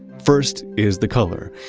first is the color.